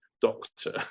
doctor